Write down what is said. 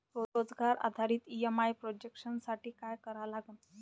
रोजगार आधारित EMI projection साठी का करा लागन?